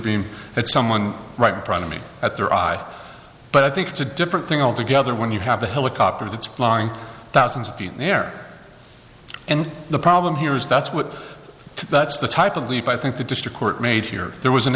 beam at someone right in front of me at their eye but i think it's a different thing altogether when you have a helicopter that's flying thousands of feet in the air and the problem here is that's what that's the type of leap i think the district court made here there was an